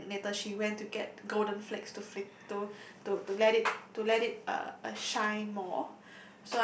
and then later she went to get golden flakes to fl~ to to let it to let it uh uh shine more